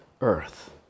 earth